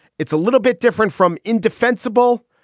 it's a little bit different from indefensible,